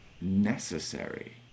necessary